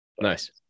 nice